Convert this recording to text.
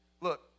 Look